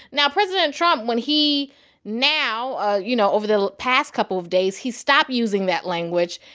now president trump, when he now you know, over the past couple of days, he's stopped using that language,